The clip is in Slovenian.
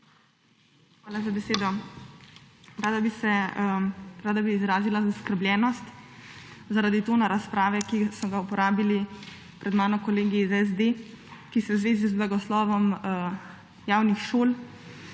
Hvala za besedo. Rada bi izrazila zaskrbljenost zaradi tona razprave, ki so ga uporabili pred mano kolegi iz SD, ki se v zvezi z blagoslovom javnih šol